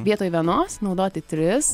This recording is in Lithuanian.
vietoj vienos naudoti tris